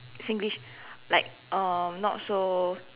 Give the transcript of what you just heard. Singlish like um not so